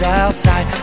outside